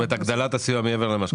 זאת אומרת הגדלת הסיוע מעבר לכרגיל.